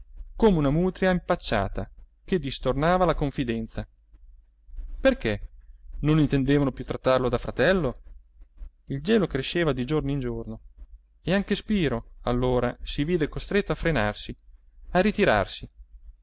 come una mutria impacciata che distornava la confidenza perché non intendevano più trattario da fratello il gelo cresceva di giorno in giorno e anche spiro allora si vide costretto a frenarsi a ritrarsi